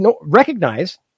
recognize